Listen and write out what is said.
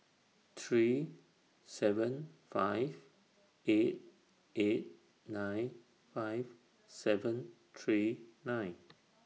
three seven five eight eight nine five seven three nine